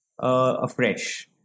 afresh